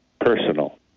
personal